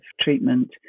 treatment